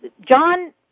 John